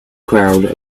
crowd